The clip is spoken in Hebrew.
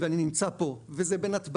אני נמצא פה בנתב"ג,